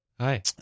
Hi